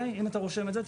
אם אתה רושם את זה,